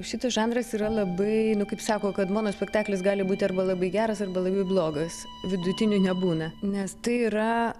šitas žanras yra labai nu kaip sako kad mono spektaklis gali būti arba labai geras arba labai blogas vidutinių nebūna nes tai yra